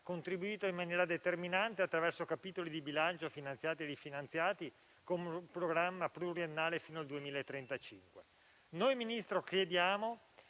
contribuito in maniera determinante, attraverso capitoli di bilancio finanziati e rifinanziati, con un programma pluriennale fino al 2035. Signor Ministro, noi chiediamo